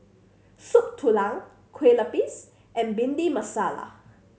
Soup Tulang kue lupis and Bhindi Masala